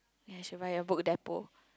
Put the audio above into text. ya should buy at book-depo